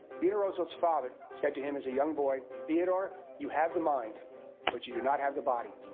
theodore roosevelt's father said to him as a young boy, theodore, you have the mind but you do not have the body,